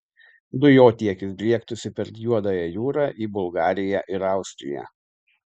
dujotiekis driektųsi per juodąją jūrą į bulgariją ir austriją